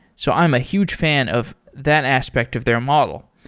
so i'm a huge fan of that aspect of their model.